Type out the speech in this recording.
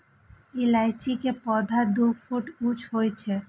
इलायची के पौधा दू फुट ऊंच होइ छै